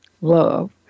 love